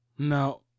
Now